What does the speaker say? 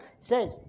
says